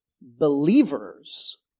believers